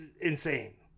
insane